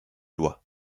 lois